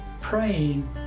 praying